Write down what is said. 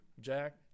Jack